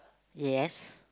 yes